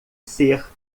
ser